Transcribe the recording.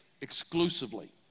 exclusively